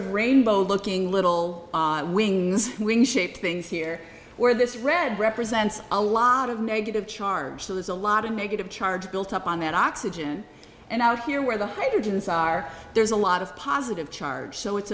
of rainbow looking little wings and wings shaped things here where this red represents a lot of negative charge so there's a lot of negative charge built up on that oxygen and out here where the hydrogen is are there's a lot of positive charge so it's